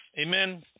Amen